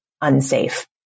unsafe